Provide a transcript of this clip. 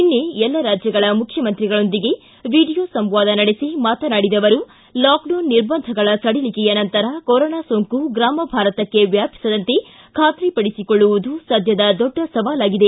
ನಿನ್ನೆ ಎಲ್ಲ ರಾಜ್ಯಗಳ ಮುಖ್ಯಮಂತ್ರಿಗಳೊಂದಿಗೆ ವಿಡಿಯೋ ಸಂವಾದ ನಡೆಸಿ ಲಾಕ್ಡೌನ್ ನಿರ್ಬಂಧಗಳ ಸಡಿಲಿಕೆಯ ನಂತರ ಕೊರೋನಾ ಸೋಂಕು ಗ್ರಾಮ ಭಾರತಕ್ಕೆ ವ್ಕಾಪಿಸದಂತೆ ಖಾತರಿಪಡಿಸಿಕೊಳ್ಳುವುದು ಸದ್ದದ ದೊಡ್ಡ ಸವಾಲಾಗಿದೆ